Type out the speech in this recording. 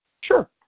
Sure